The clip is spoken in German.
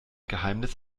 geheimnis